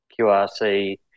QRC